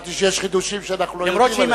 חשבתי שיש חידושים שאנחנו לא יודעים עליהם.